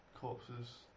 corpses